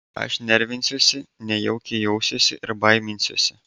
aš nervinsiuosi nejaukiai jausiuosi ir baiminsiuosi